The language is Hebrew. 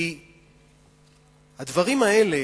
כי הדברים האלה,